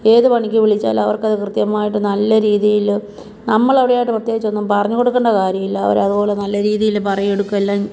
ഏത് പണിക്ക് വിളിച്ചാലും അവർക്ക് അത് കൃത്യമായിട്ട് നല്ല രീതിയിൽ നമ്മളവിടെയായിട്ട് പ്രത്യേകിച്ചൊന്നും പറഞ്ഞ് കൊടുക്കേണ്ട കാര്യമില്ല അവരതുപോലെ നല്ല രീതിയിൽ പറയോ എടുക്കുവോ എല്ലാം